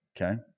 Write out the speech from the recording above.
Okay